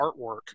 artwork